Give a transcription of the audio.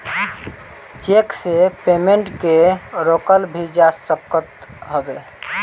check से payment के रोकल भी जा सकत हवे